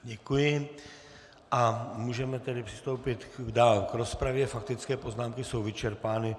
Děkuji a můžeme tedy přistoupit dál k rozpravě, faktické poznámky jsou vyčerpány.